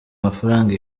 mafaranga